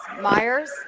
Myers